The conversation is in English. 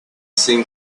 seemed